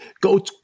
go